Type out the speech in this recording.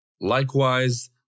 Likewise